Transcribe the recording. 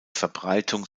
verbreitung